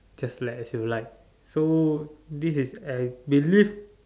just let as you like so this is a big list